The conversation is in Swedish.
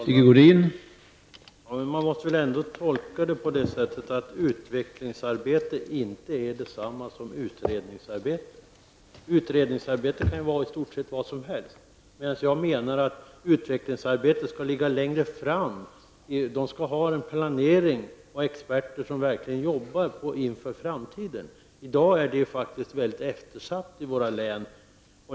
Herr talman! Man måste väl ändå tolka detta som att utvecklingsarbete inte är detsamma som utredningsarbete? Utredningsarbete kan ju vara i stort sett vad som helst. Men jag menar att utvecklingsarbete skall ligga längre fram. Utvecklingsarbete skall innebära att det sker en planering och att experter verkligen arbetar inför framtiden. I dag är detta arbete faktiskt mycket eftersatt i våra län.